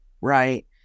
right